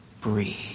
Breathe